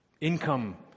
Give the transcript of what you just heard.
income